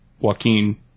Joaquin